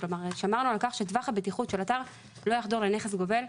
שמרנו על כך שטווח הבטיחות של אתר לא יחדור לנכס גובל,